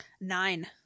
Nine